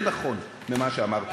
זה נכון ממה שאמרת.